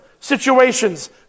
situations